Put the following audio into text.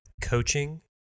coaching